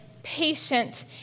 patient